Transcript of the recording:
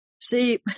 See